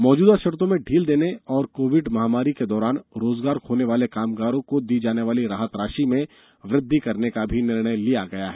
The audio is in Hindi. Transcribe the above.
मौजूदा शर्तो में ढील देने और कोविड महामारी के दौरान रोजगार खोने वाले कामगारों को दी जाने वाली राहत राशि में वृद्धि करने का भी निर्णय किया गया है